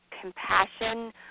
compassion